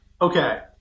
Okay